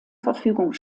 verfügung